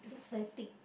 looks very thick